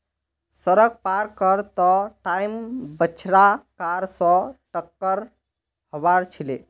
सड़क पार कर त टाइम बछड़ा कार स टककर हबार छिले